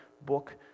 book